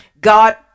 God